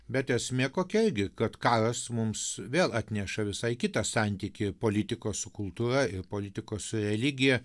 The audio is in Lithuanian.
bet esmė kokia gi kad karas mums vėl atneša visai kitą santykį politikos su kultūra ir politikos su religija